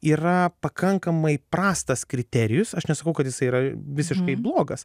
yra pakankamai prastas kriterijus aš nesakau kad jisai yra visiškai blogas